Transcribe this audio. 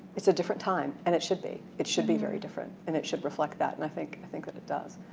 it's a different time and it should be. it should be very different and it should reflect that and i think i think that it does.